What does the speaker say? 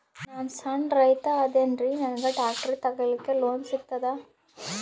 ನಾನ್ ಸಣ್ ರೈತ ಅದೇನೀರಿ ನನಗ ಟ್ಟ್ರ್ಯಾಕ್ಟರಿ ತಗಲಿಕ ಲೋನ್ ಸಿಗತದ?